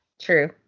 True